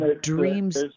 dreams